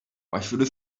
başvuru